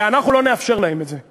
ואנחנו לא נאפשר להם את זה.